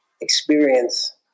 experience